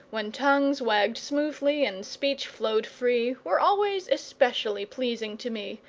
when tongues wagged smoothly and speech flowed free, were always especially pleasing to me,